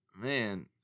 Man